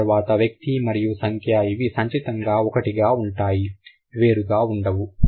ఆ తర్వాత వ్యక్తి మరియు సంఖ్య ఇవి సంచితంగా ఒకటి గా ఉంటాయి వేరు గా ఉండవు